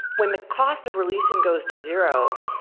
when the cost of releasing goes to zero,